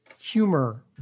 humor